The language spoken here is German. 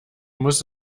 muss